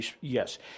yes